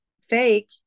fake